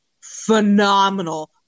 Phenomenal